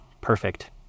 perfect